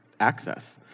Access